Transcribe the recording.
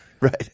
Right